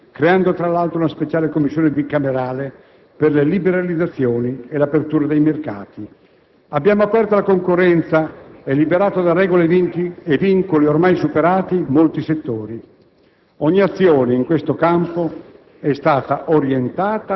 Abbiamo avviato un riordino del sistema delle autorità indipendenti creando, tra l'altro, una speciale Commissione bicamerale per le liberalizzazioni e l'apertura dei mercati. Abbiamo aperto alla concorrenza e liberato da regole e vincoli ormai superati molti settori.